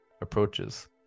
approaches